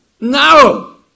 No